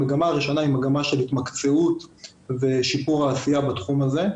המגמה הראשונה היא מגמה של התמקצעות ושיפור העשייה בתחום הזה,